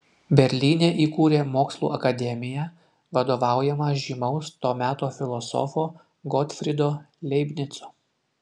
berlyne įkūrė mokslų akademiją vadovaujamą žymaus to meto filosofo gotfrydo leibnico